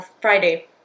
Friday